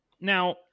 Now